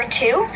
two